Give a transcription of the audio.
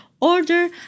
order